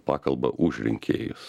pakalba už rinkėjus